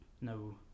No